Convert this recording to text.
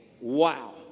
Wow